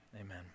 amen